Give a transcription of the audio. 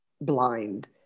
blind